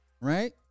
right